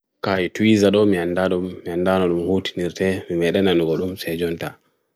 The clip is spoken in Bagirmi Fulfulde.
kai twiz ado meandarum, meandarum hoot nirte, me meren anubolum sejwanta.